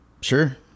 sure